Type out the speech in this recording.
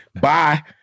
Bye